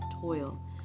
toil